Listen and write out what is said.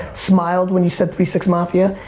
smiled when you said three six mafia?